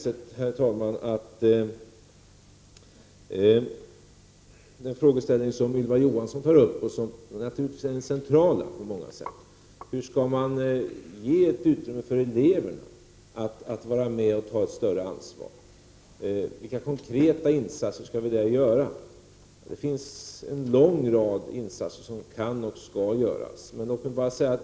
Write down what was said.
Ylva Johansson tar upp en frågeställning som naturligtvis på många sätt är den centrala, nämligen hur man skall ge utrymme för eleverna att vara med och ta större ansvar och vilka konkreta insatser vi skall göra på det området. Det finns en lång rad insatser som kan och skall göras.